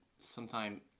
sometime